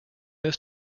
this